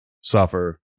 suffer